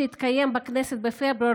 שהתקיים בכנסת בפברואר,